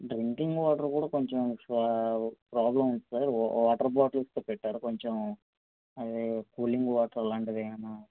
drinking water కూడా కొంచెం problem ఉంది సార్ వాటర్ బాటిల్స్ తో పెట్టారు కొంచెం అవి కూలింగ్ వాటర్ అలాంటివి ఏమైనా